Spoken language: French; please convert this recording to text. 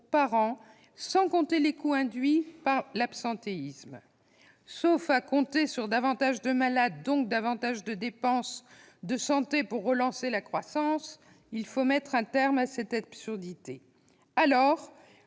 annuels, sans compter les coûts induits comme l'absentéisme. Sauf à compter sur davantage de malades, donc davantage de dépenses de santé pour relancer la croissance, il faut mettre un terme à cette absurdité. Dès lors,